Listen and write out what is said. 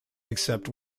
except